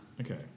Okay